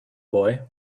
boy